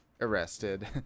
arrested